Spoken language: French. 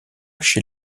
chez